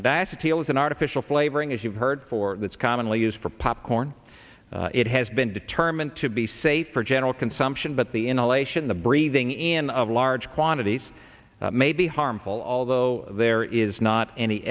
is an artificial flavoring as you've heard for that's commonly used for popcorn it has been determined to be safe for general consumption but the inhalation the breathing in of large quantities may be harmful although there is not any